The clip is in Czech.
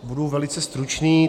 Budu velice stručný.